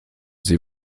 sie